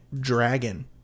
dragon